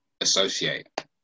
associate